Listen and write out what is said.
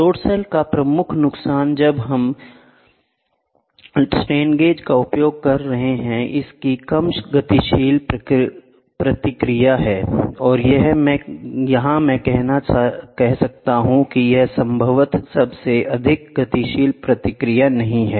load cell का प्रमुख नुकसान जब हम स्ट्रेन गेज का उपयोग कर रहा है इसकी कम गतिशील प्रतिक्रिया है या मैं कह सकता हूं कि यह संभवतः सबसे अधिक गतिशील प्रतिक्रिया नहीं है